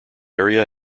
area